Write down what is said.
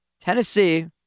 Tennessee